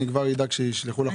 אני כבר אדאג שישלחו לך אותה.